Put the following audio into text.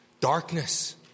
darkness